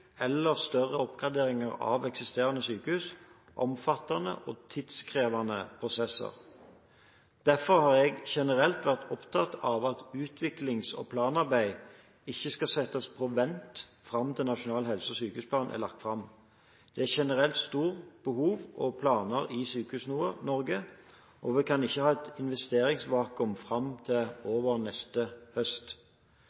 eller større oppgraderinger av eksisterende sykehus, omfattende og tidkrevende prosesser. Derfor har jeg generelt vært opptatt av at utviklings- og planarbeid ikke skal settes på vent fram til Nasjonal helse- og sykehusplan er lagt fram. Det er generelt store behov og planer i Sykehus-Norge, og vi kan ikke ha et investeringsvakuum fram til